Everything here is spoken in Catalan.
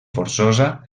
forçosa